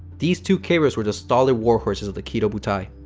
these two carriers were just solid war horses of the kido butai.